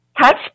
Touch